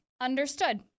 Understood